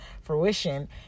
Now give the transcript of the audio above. fruition